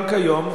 גם כיום,